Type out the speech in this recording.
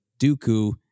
Dooku